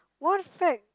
what fact